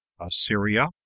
Assyria